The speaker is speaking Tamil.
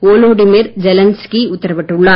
வோலோடிமிர் ஜெலன்ஸ்கி உத்தரவிட்டுள்ளார்